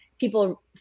people